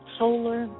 solar